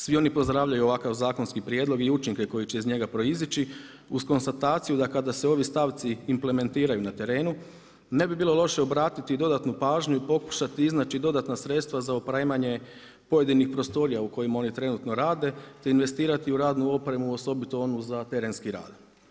Svi oni pozdravljaju ovakav zakonski prijedlog i učinke koji će iz njega proizići uz konstataciju da kada se ovi stavci implementiraju na terenu ne bi bilo loše obratiti i dodatnu pažnju i pokušati iznaći dodatna sredstva za opremanje pojedinih prostorija u kojima oni trenutno rade te investirati u radnu opremu, osobito u onu za terenski rad.